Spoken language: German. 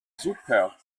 super